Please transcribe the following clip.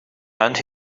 and